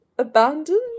Abandoned